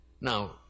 Now